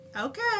okay